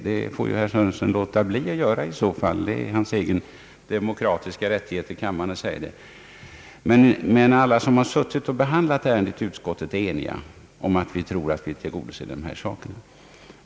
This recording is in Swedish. Herr Sörenson får naturligtvis låta bli att tro det om han så vill, och det är hans egen demokratiska rättighet att säga det i kammaren. Men alla som har deltagit i utskottsbehandlingen av detta ärende är eniga om att tro att alla krav här har tillgodosetts.